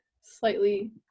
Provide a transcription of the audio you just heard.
slightly